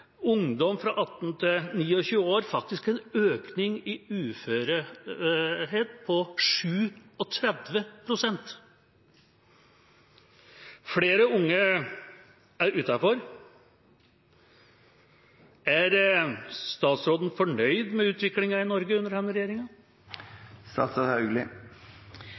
ungdom fra 18 til 29 år er det faktisk en økning i uførhet på 37 pst. Flere unge er utenfor. Er statsråden fornøyd med utviklingen i Norge under denne regjeringa?